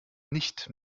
nicht